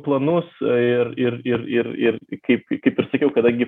planus ir ir ir ir ir kaip kaip ir sakiau kadangi